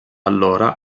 allora